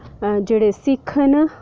जेह्ड़े सिक्ख न